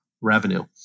revenue